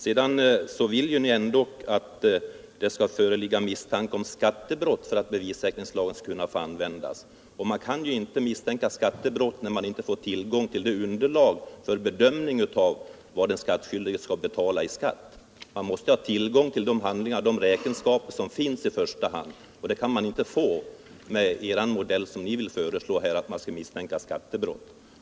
Sedan vill ni ändock att det skall föreligga misstanke om skattebrott för att bevissäkringslagen skall få tillämpas. Man kan ju inte misstänka skattebrott, om man inte får tillgång till underlaget för bedömningen av vad den skattskyldige skall betala i skatt. Man måste ha tillgång till de handlingar, de räkenskaper som finns i första hand, och det kan man inte få med den modell som ni förordar och som innebär att man skall misstänka skattebrott.